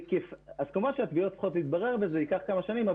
כמובן שהתביעות צריכות להתברר וזה ייקח כמה שנים,